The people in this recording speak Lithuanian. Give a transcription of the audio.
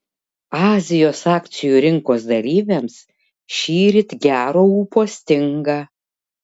azijos akcijų rinkos dalyviams šįryt gero ūpo stinga